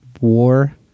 war